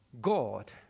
god